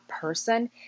person